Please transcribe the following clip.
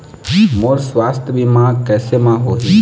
मोर सुवास्थ बीमा कैसे म होही?